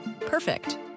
Perfect